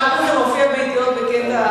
אחר כך זה מופיע ב"ידיעות" בקטע